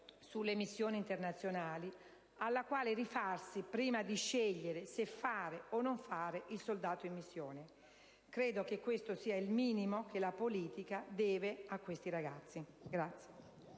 sulle missioni internazionali alla quale rifarsi prima di scegliere se fare o non fare il soldato in missione. Credo che questo sia il minimo che la politica deve a questi ragazzi.